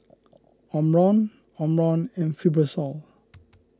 Omron Omron and Fibrosol